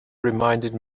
reminded